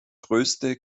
größte